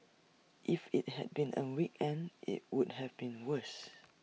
if IT had been A weekend IT would have been worse